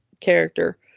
character